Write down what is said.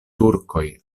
turkoj